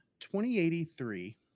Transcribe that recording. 2083